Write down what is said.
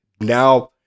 now